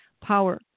power